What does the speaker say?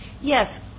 Yes